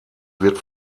wird